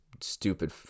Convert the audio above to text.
stupid